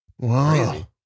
Wow